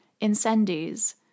Incendies